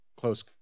close